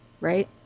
Right